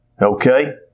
okay